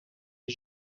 est